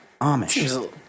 Amish